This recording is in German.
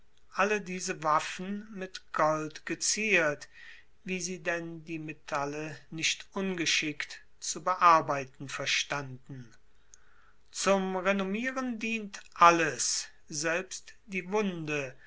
alle diese waffen mit gold geziert wie sie denn die metalle nicht ungeschickt zu bearbeiten verstanden zum renommieren dient alles selbst die wunde